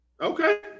Okay